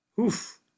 Oof